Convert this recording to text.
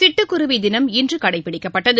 சிட்டுக்குருவி தினம் இன்று கடைப்பிடிக்கப்பட்டது